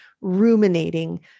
ruminating